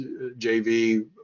JV